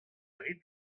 rit